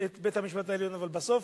אבל בסוף,